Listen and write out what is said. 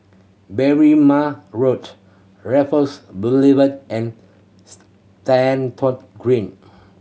Berrima Road Raffles Boulevard and Green